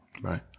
Right